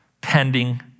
pending